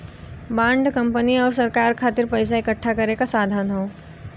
bond company आउर सरकार खातिर पइसा इकठ्ठा करे क साधन हौ